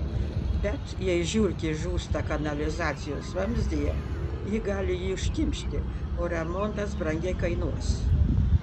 bet jei žiurkė žūsta kanalizacijos vamzdyje ji gali jį užkimšti o remontas brangiai kainuos